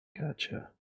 Gotcha